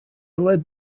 led